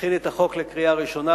הכין את החוק לקריאה ראשונה.